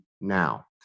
now